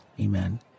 Amen